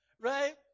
right